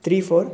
three four